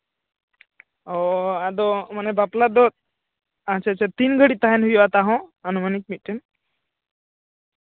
ᱚᱻ ᱟᱫᱚ ᱵᱟᱯᱞᱟ ᱫᱚ ᱟᱪᱪᱷᱟ ᱟᱪᱪᱷᱟ ᱛᱤᱱ ᱜᱷᱟᱹᱲᱤᱡ ᱛᱟᱦᱮᱱ ᱦᱩᱭᱩᱜᱼᱟ ᱛᱟ ᱦᱚᱸ ᱟᱹᱱᱩᱢᱟᱱᱤᱠ ᱢᱤᱫᱴᱮᱱ